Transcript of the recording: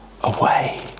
away